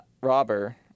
robber